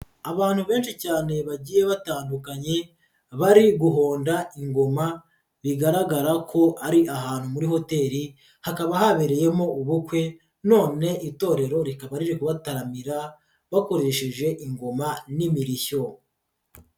Abantu benshi cyane bagiye batandukanye bari guhonda ingoma, bigaragara ko ari ahantu muri hoteli hakaba habereyemo ubukwe none itorero rikaba riri kubataramira bakoresheje ingoma n'imirishyo.